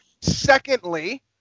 Secondly